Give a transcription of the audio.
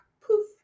poof